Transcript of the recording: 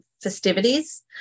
festivities